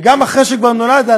וגם אחרי שגם נולדו לה,